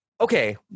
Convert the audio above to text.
Okay